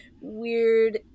weird